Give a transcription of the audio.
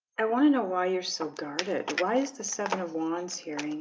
i want to know why you're so guarded. why is the seven of wands here